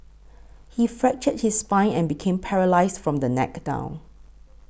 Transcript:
he fractured his spine and became paralysed from the neck down